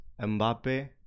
Mbappe